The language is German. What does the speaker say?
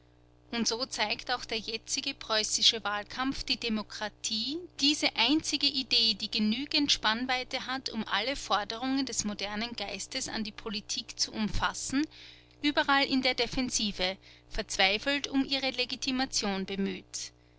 und so zeigt auch der jetzige preußische wahlkampf die demokratie diese einzige idee die genügend spannweite hat um alle forderungen des modernen geistes an die politik zu umfassen überall in der defensive verzweifelt um ihre legitimation bemüht